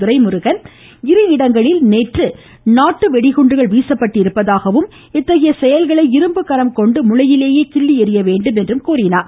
துரைமுருகன் இரு இடங்களில் நேற்று நாட்டு வெடிகுண்டுகள் வீசப்பட்டிருப்பதாகவும் இத்தகைய செயல்களை இரும்புக்கரம் கொண்டு முளையிலேயே கிள்ளி எறிய வேண்டும் என்றும் கூறினார்